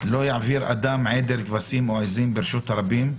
לא יעביר אדם עדר כבשים או עזים ברשות הרבים,